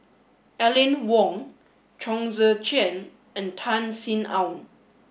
Aline Wong Chong Tze Chien and Tan Sin Aun